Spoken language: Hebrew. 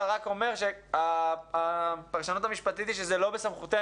אבל רק אומר שהפרשנות המשפטית היא שזה לא בסמכותנו.